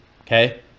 okay